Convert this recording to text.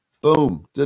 Boom